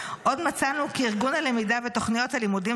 עוד מצאנו כי הארגון הלמידה ותוכניות הלימודים